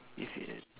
if you